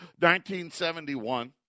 1971